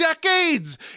decades